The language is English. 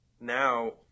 now